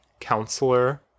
counselor